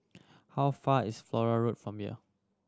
how far is Flora Road from here